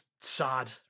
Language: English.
sad